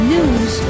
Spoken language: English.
News